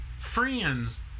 Friends